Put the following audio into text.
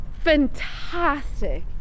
Fantastic